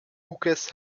hughes